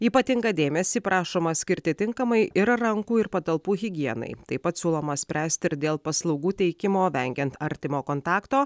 ypatingą dėmesį prašoma skirti tinkamai ir rankų ir patalpų higienai taip pat siūloma spręsti ir dėl paslaugų teikimo vengiant artimo kontakto